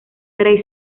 grey